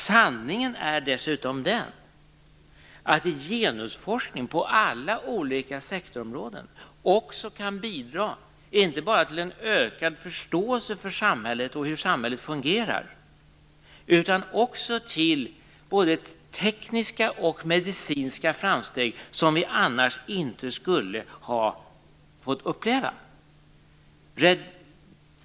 Sanningen är dessutom den, att en genusforskning på alla olika områden också kan bidra, inte bara till en ökad förståelse för samhället och hur samhället fungerar, utan också till både tekniska och medicinska framsteg, som vi annars inte skulle ha fått uppleva.